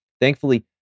Thankfully